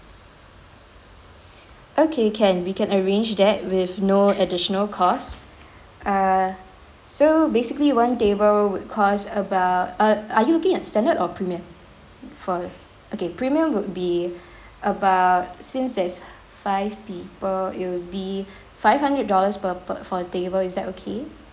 okay can we can arrange that with no additional cost err so basically one table would cost about uh are you looking at standard or premium for okay premium would be about since there's five people it'll be five hundred dollars per per for a table is that okay